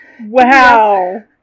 Wow